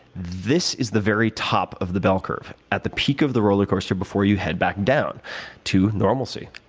this is the very top of the bell curve. at the peak of the roller coaster before you head back down to normalcy.